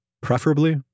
preferably